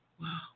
Wow